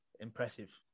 Impressive